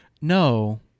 No